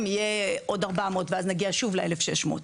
יהיה עוד 400 ואז נגיע שוב ל-1,600.